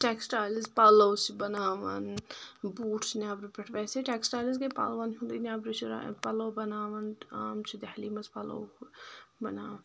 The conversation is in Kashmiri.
ٹؠکسٹایلز پَلو چھِ بَناوان بوٗٹھ چھِ نؠبرٕ پؠٹھ ویٚسے ٹؠکسٹایلَس گٔے پَلوَن ہٮ۪نٛدی نؠبرٕ چھِ پَلو بَناوَان عام چھِ دہلی منٛز پَلو بَنان